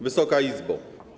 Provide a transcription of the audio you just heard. Wysoka Izbo!